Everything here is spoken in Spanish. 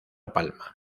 palma